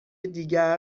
دیگر